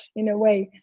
in a way.